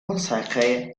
consacré